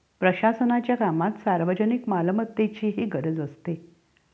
प्रशासनाच्या कामात सार्वजनिक मालमत्तेचीही गरज असते